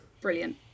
Brilliant